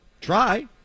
try